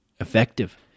effective